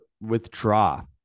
withdraw